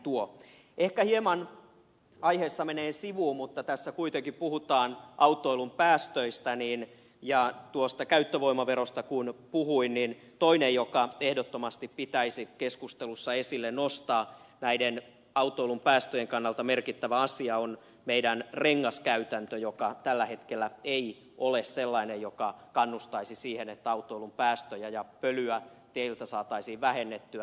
ehkä hieman aiheesta menee sivuun mutta tässä kuitenkin puhutaan autoilun päästöistä ja kun puhuin käyttövoimaverosta niin toinen näiden autoilun päästöjen kannalta merkittävä asia joka ehdottomasti pitäisi keskustelussa esille nostaa näiden autoilun päästöjen kannalta merkittävä asia on meidän rengaskäytäntömme joka tällä hetkellä ei ole sellainen joka kannustaisi siihen että autoilun päästöjä ja pölyä teiltä saataisiin vähennettyä